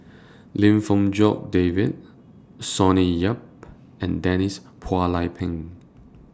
Lim Fong Jock David Sonny Yap and Denise Phua Lay Peng